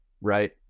right